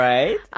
Right